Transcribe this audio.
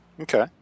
Okay